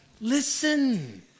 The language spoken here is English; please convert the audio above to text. Listen